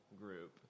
group